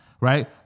Right